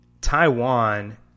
Taiwan